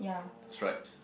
stripes